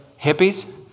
Hippies